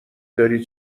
داری